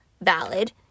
valid